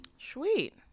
Sweet